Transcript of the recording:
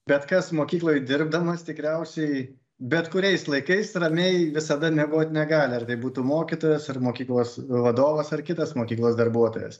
bet kas mokykloj dirbdamas tikriausiai bet kuriais laikais ramiai visada miegot negali ar tai būtų mokytojas ar mokyklos vadovas ar kitas mokyklos darbuotojas